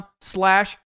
slash